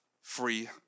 free